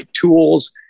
tools